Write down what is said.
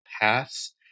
pass